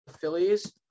Phillies